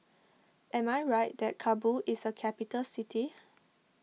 am I right that Kabul is a capital city